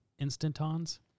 instantons